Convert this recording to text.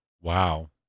Wow